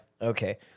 Okay